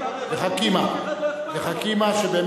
נחמן, היה צריך למול אותם.